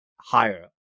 higher